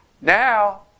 Now